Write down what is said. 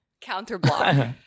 Counter-block